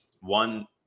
one